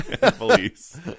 police